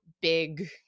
big